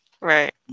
right